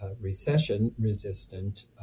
recession-resistant